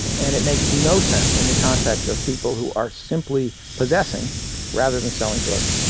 and it makes no sense in the context of people who are simply possessing rather than selling drugs.